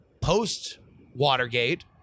post-Watergate